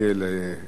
דני אילון,